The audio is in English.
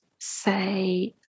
say